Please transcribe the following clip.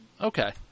okay